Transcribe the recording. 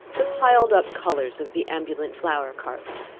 the piled-up colours of the ambulant flower-carts,